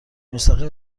مستقیم